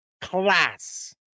Class